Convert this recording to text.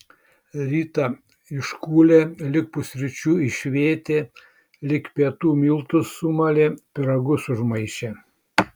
rytą iškūlė lig pusryčių išvėtė lig pietų miltus sumalė pyragus užmaišė